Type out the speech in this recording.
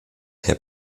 herr